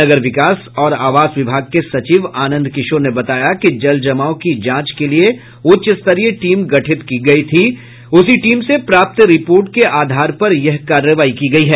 नगर विकास और आवास विभाग के सचिव आनंद किशोर ने बताया कि जलजमाव की जांच के लिए उच्चस्तरीय टीम गठित की गयी थी उसी टीम से प्राप्त रिपोर्ट के आधार पर यह कार्रवाई की गयी है